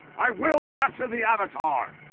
i will capture the avatar.